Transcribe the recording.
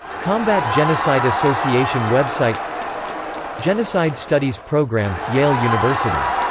combat genocide association website genocide studies program, yale university.